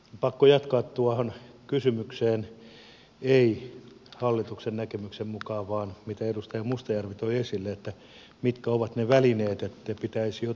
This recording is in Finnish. pakko jatkaa tuohon kysymykseen ei hallituksen näkemyksen mukaan vaan mitä edustaja mustajärvi toi esille että mitkä ovat ne välineet että pitäisi jotakin avata